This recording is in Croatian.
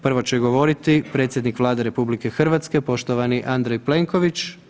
Prvo će govoriti predsjednik Vlade RH, poštovani Andrej Plenković.